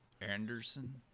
Anderson